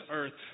earth